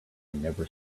never